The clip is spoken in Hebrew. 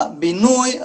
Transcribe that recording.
הבינוי,